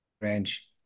range